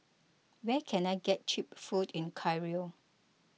where can I get Cheap Food in Cairo